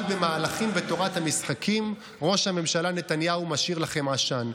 אבל במהלכים ובתורת המשחקים ראש הממשלה נתניהו משאיר לכם עשן.